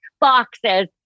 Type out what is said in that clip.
boxes